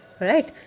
right